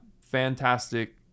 fantastic